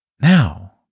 now